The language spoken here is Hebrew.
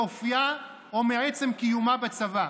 מאופייה או מעצם קיומה בצבא.